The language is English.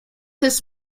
his